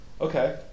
Okay